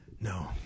No